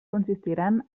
consistiran